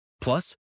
Plus